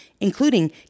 including